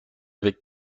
avec